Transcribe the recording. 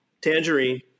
Tangerine